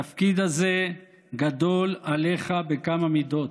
התפקיד הזה גדול עליך בכמה מידות.